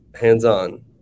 hands-on